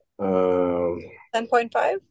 10.5